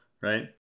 Right